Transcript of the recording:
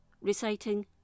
reciting